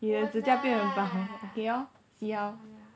won't lah won't lah